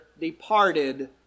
departed